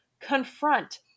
Confront